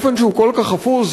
אופן שהוא כל כך חפוז,